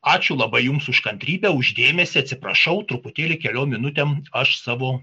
ačiū labai jums už kantrybę už dėmesį atsiprašau truputėlį keliom minutėm aš savo